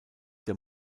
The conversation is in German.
der